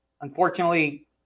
unfortunately